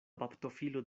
baptofilo